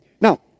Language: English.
Now